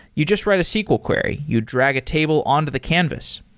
you just write a sql query. you drag a table on to the canvas.